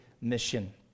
mission